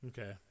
Okay